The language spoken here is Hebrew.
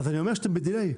אני אומר שאתם ב-דיליי.